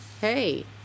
hey